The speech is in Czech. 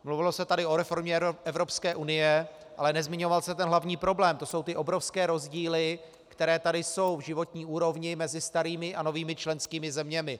Mluvilo se tady o reformě EU, ale nezmiňoval se ten hlavní problém, to jsou ty obrovské rozdíly, které tady jsou v životní úrovni mezi starými a novými členskými zeměmi.